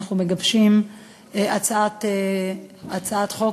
אנחנו מגבשים הצעת חוק,